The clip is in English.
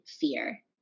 fear